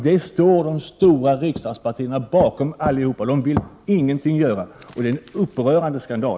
Det står de stora riksdagspartierna bakom, allihop. De vill ingenting göra. Det är en upprörande skandal.